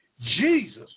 Jesus